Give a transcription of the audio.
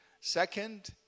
Second